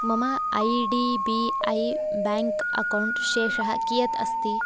मम I D B I bank account शेषः कियत् अस्ति